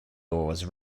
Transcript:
laws